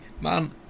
Man